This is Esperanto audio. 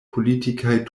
politikaj